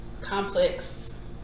complex